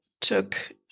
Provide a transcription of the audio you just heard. took